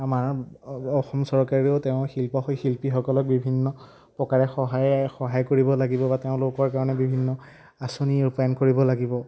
আমাৰ অসম চৰকাৰেও তেওঁ শিল্প শিল্পীসকলক বিভিন্ন প্ৰকাৰে সহায়েৰে সহায় কৰিব লাগিব বা তেওঁলোকৰ কাৰণে বিভিন্ন আঁচনি ৰূপায়ণ কৰিব লাগিব